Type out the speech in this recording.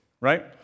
Right